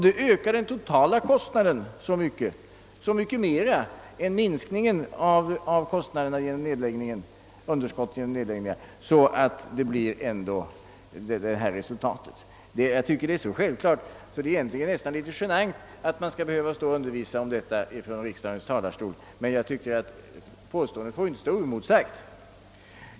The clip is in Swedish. Det ökar den totala kostnaden så mycket mer än kostnadsminskningen genom nedläggningarna, att det ändå blir ovannämnda resultat. Jag tycker detta är så självklart, att det nästan är litet genant att behöva stå och undervisa om det från riksdagens talarstol, men påståendet får inte stå oemotsagt.